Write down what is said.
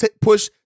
push